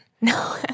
No